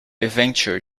venture